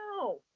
no